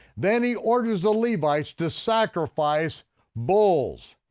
then he orders the levites to sacrifice bulls,